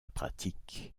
pratique